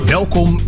Welkom